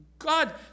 God